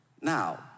Now